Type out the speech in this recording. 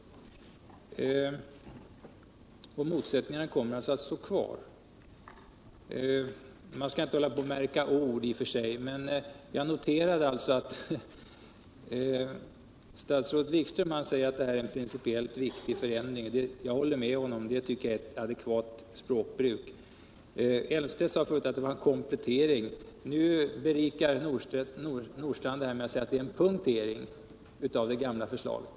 Motsättningarna kommer alltså att stå kvar. Man skall i och för sig inte hålla på att märka ord. men jag noterade att statsrådet Wikström sade att detta är en principiellt viktig förändring. Jag håller med honom och tycker att det är ett adekvat språkbruk. Claes Elmstedt sade att det var en komplettering. Nu berikar Ove Nordstrandh debatten med att säga alt det är en punktering av det gamla förstaget.